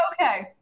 Okay